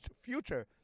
future